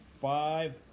five